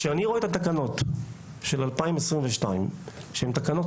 כשאני רואה את התקנות של 2022 שהן תקנות